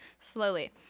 slowly